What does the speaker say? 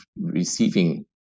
receiving